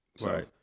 Right